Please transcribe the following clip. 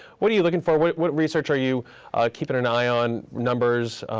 what are you looking for? what what research are you keep an an eye on numbers,